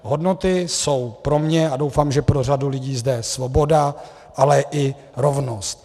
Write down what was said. Hodnoty jsou pro mě a doufám, že pro řadu lidí zde, svoboda, ale i rovnost.